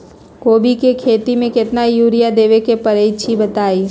कोबी के खेती मे केतना यूरिया देबे परईछी बताई?